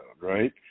right